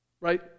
right